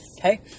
Okay